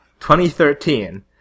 2013